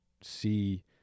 see